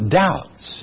doubts